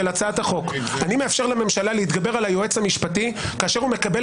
הצעת החוק שאני מאפשר לממשלה להתגבר על היועץ המשפטי כאשר הוא מקבל